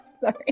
sorry